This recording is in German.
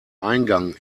eingang